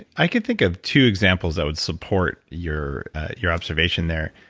i can think of two examples that would support your your observation there.